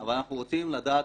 אבל אנחנו רוצים לדעת